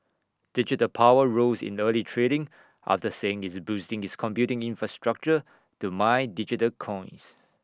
digital power rose in early trading after saying it's boosting its computing infrastructure to mine digital coins